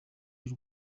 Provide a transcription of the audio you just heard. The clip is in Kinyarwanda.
y’u